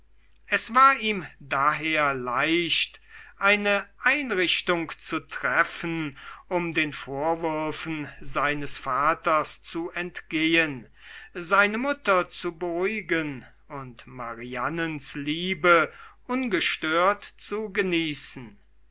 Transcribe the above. es ward ihm daher leicht eine einrichtung zu treffen um den vorwürfen seines vaters zu entgehen seine mutter zu beruhigen und marianens liebe ungestört zu genießen